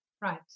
Right